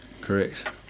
correct